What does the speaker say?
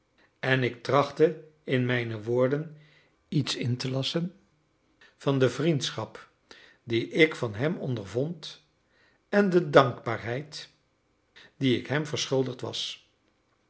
en ik trachtte in mijne woorden iets in te lasschen van de vriendschap die ik van hem ondervond en de dankbaarheid die ik hem verschuldigd was